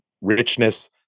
richness